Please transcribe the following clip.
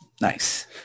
Nice